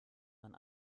man